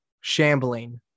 shambling